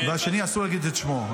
והשני, אסור להגיד את שמו.